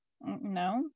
No